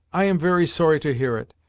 i am very sorry to hear it.